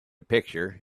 picture